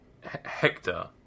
Hector